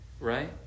right